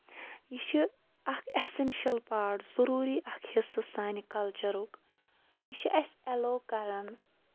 یہِ چھُ اکھ ایسینشَل پاٹ ضروٗری حِصہٕ سانہِ کَلچَرُک یہِ چھُ اَسہِ ایلو کران